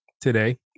today